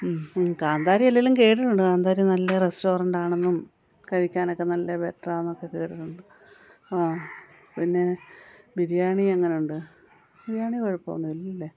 കാന്താരി അല്ലേലും കേട്ടിട്ടുണ്ട് കാന്താരി നല്ല റെസ്റ്റോറൻറ്റാണെന്നും കഴിക്കാനക്കെ നല്ല ബെറ്ററാന്നക്കെ കേട്ടിട്ടുണ്ട് ആ പിന്നെ ബിരിയാണി എങ്ങനുണ്ട് ബിരിയാണി കുഴപ്പോന്നുമില്ലല്ലേ